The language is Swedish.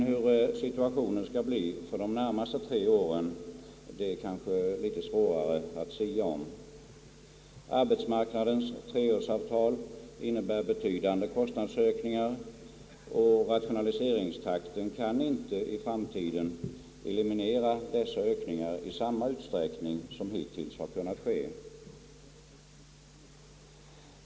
Hur situationen skall bli för de närmaste tre åren är kanske mycket svårare att sia om, Arbetsmarknadens treårsavtal innebär betydande kostnadsökningar, och rationaliseringstakten kan inte i framtiden eliminera dessa ökningar i samma utsträckning som hittills.